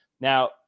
Now